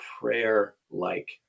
prayer-like